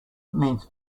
means